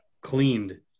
cleaned